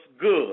good